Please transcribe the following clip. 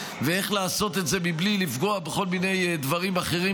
לעשות את זה מבלי לפגוע בכל מיני דברים אחרים,